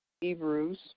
Hebrews